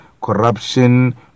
corruption